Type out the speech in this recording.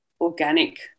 organic